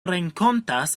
renkontas